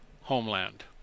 homeland